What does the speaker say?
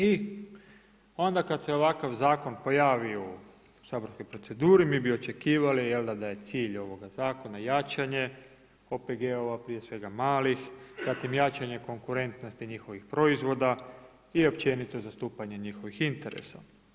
I onda kad se ovakav zakon pojavi u saborskoj proceduri mi bi očekivali da je cilj zakona jačanje OPG-ova prije svega malih, zatim jačanje konkurentnosti njihovih proizvoda i općenito zastupanje njihovih interesa.